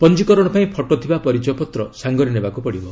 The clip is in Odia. ପଞ୍ଜିକରଣ ପାଇଁ ଫଟୋ ଥିବା ପରିଚୟପତ୍ର ସାଙ୍ଗରେ ନେବାକୁ ହେବ